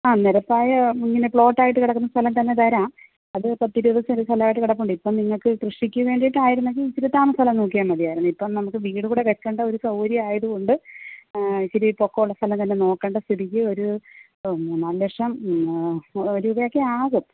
ആ നിരപ്പായ ഇങ്ങനെ പ്ലോട്ടായിട്ടു കിടക്കുന്ന സ്ഥലം തന്നെ തരാം അത് പത്തിരുപത് സെൻ്റ് സ്ഥലമായിട്ട് കിടപ്പുണ്ട് ഇപ്പം നിങ്ങൾക്ക് കൃഷിക്ക് വേണ്ടീട്ടായിരുന്നെങ്കിൽ ഇച്ചിരി താണ സ്ഥലം നോക്കിയാൽ മതിയായിരുന്നു ഇപ്പം നമുക്ക് വീടുകൂടെ വെക്കേണ്ട ഒരു സൗകര്യമായതുകൊണ്ട് ആ ഇച്ചിരി പൊക്കവുള്ള സ്ഥലം തന്നെ നോക്കേണ്ട സ്ഥിതിക്ക് ഒരു ഇപ്പം മൂന്ന് നാലു ലക്ഷം ഒരു വിധമൊക്കെ ആവും